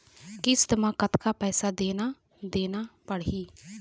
किस्त म कतका पैसा देना देना पड़ही?